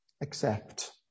Accept